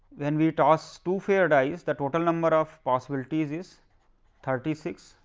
then we toss two fair dies, the total number of possibility is is thirty six,